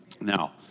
Now